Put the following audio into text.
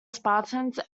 spartans